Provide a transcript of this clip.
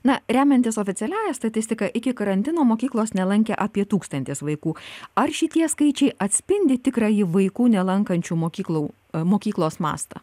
na remiantis oficialiąja statistika iki karantino mokyklos nelankė apie tūkstantis vaikų ar šitie skaičiai atspindi tikrąjį vaikų nelankančių mokyklų mokyklos mastą